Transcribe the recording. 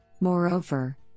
Moreover